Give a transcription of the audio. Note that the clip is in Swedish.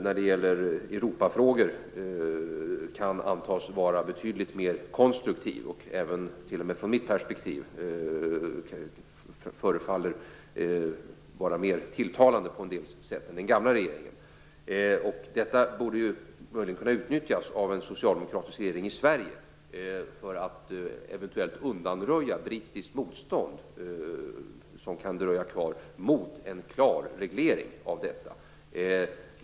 När det gäller Europafrågor kan den antas vara betydligt mer konstruktiv - och t.o.m. från mitt perspektiv förefaller den på en del sätt vara mer tilltalande - än den gamla regeringen. Detta borde kunna utnyttjas av en socialdemokratisk regering i Sverige. Man skulle eventuellt kunna undanröja brittiskt motstånd, som kan dröja kvar, mot en klar reglering av detta.